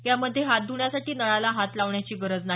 या मध्ये हात ध्रण्यासाठी नळाला हात लावण्याची गरज नाही